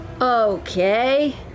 Okay